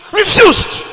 refused